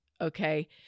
okay